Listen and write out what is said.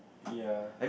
ya